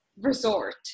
resort